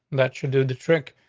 that should do the trick.